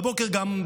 הבוקר גם,